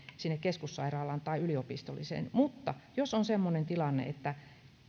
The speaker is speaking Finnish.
sinne keskussairaalaan tai yliopistolliseen mutta jos on semmoinen tilanne että